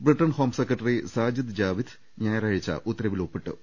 Britain home secretary Sajid Javid ഞായറാഴ്ച്ച ഉത്തര വിൽ ഒപ്പിട്ടു